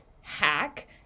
hack